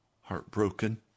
heartbroken